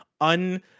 un